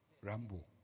Rambo